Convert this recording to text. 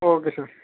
okay sir